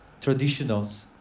traditionals